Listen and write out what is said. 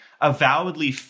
avowedly